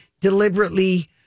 deliberately